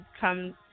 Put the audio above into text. come